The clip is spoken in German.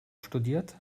studiert